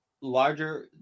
larger